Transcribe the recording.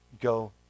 go